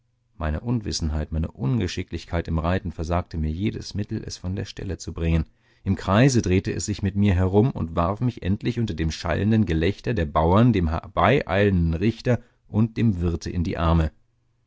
meine unwissenheit meine ungeschicklichkeit im reiten versagte mir jedes mittel es von der stelle zu bringen im kreise drehte es sich mit mir herum und warf mich endlich unter dem schallenden gelächter der bauern dem herbeieilenden richter und dem wirte in die arme